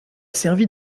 servi